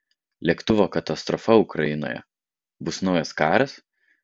lėktuvo katastrofa ukrainoje bus naujas karas